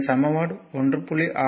இந்த சமன்பாடு 1